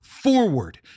forward